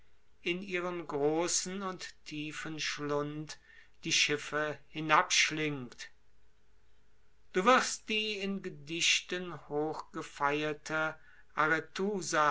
in ihren großen und tiefen schlund die schiffe hinabschlingt du wirst die in gedichten